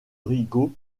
rigaud